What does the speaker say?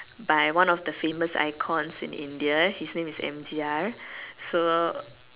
by one of the famous icons in India his name is M_G_R so